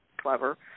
clever